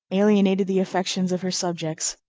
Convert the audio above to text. alienated the affections of her subjects,